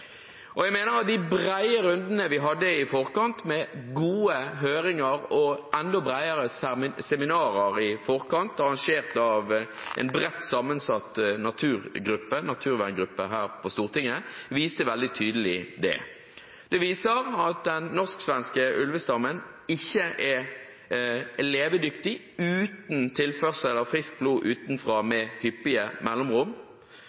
Jeg mener at de brede rundene vi hadde i forkant, med gode høringer og enda bredere seminarer arrangert av en bredt sammensatt naturverngruppe her på Stortinget, viste det veldig tydelig. Det viser at den norsk-svenske ulvestammen ikke er levedyktig uten tilførsel av friskt blod utenfra med hyppige mellomrom.